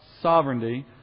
sovereignty